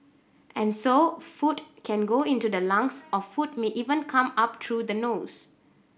and so food can go into the lungs or food may even come up through the nose